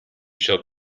shall